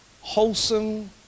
wholesome